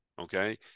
Okay